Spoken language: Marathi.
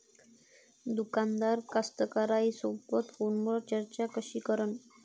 दुकानदार कास्तकाराइसोबत फोनवर चर्चा कशी करन?